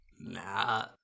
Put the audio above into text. nah